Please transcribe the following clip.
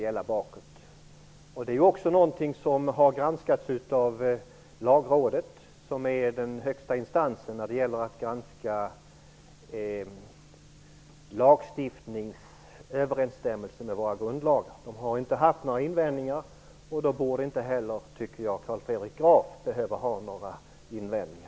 Detta har också granskats av Lagrådet, som är den högsta instansen vad gäller granskning av lagstiftnings överensstämmelse med våra grundlagar. Lagrådet har inte haft några invändningar, och då borde inte heller Carl Fredrik Graf behöva ha några invändningar.